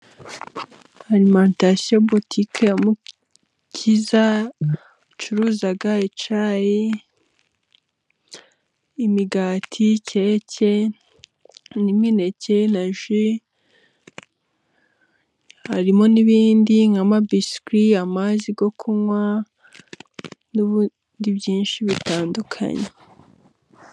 Arimantasiyo butike ya Mukiza icuruza icyayi, imigati keke n'imineke na ji harimo n'ibindi nk'amabiswi, amazi yo kunywa n'ibindi byinshi bitandukanye.